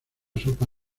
sopa